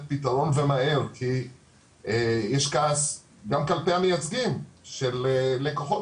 פתרון ומהר כי יש כעס גם כלפי המייצגים של לקוחות